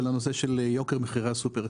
ולנושא של יוקר מחירי הסופר.